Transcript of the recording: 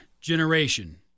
generation